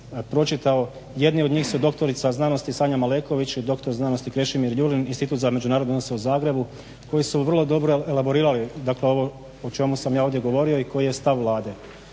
Jedna od njih je doktorica znanosti Sanja Maleković i dr. znanosti Krešimir Jurin Institut za međunarodne odnose u Zagrebu koji su vrlo dobro elaborirali ovo o čemu sam ja ovdje govorio i koji je stav Vlade.